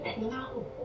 No